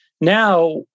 Now